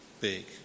big